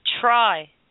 try